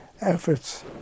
efforts